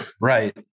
Right